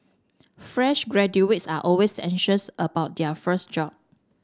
fresh graduates are always anxious about their first job